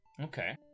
Okay